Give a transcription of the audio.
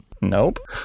Nope